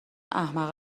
احمقه